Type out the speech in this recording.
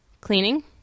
cleaning